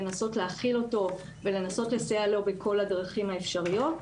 לנסות להכיל אותו ולסייע לו בכל הדרכים האפשריות.